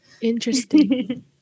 interesting